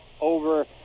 over